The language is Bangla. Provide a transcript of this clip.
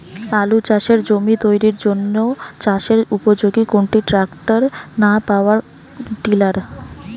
আলু চাষের জমি তৈরির জন্য চাষের উপযোগী কোনটি ট্রাক্টর না পাওয়ার টিলার?